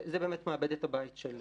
זו באמת מעבדת הבית של